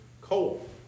coal